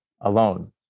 alone